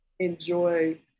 enjoy